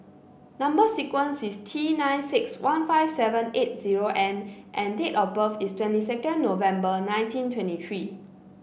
number sequence is T nine six one five seven eight zero N and date of birth is twenty second November nineteen twenty three